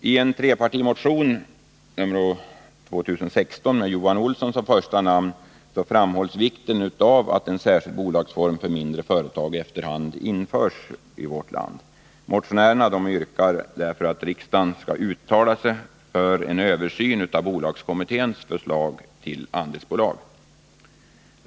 Ien trepartimotion, nr 2016 med Johan Olsson som första namn, framhålls vikten av att en särskild bolagsform i mindre företag efter hand införs i vårt land. Motionärerna yrkar därför att riksdagen skall uttala sig för en översyn av bolagskommitténs förslag till andelsbolag.